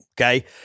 okay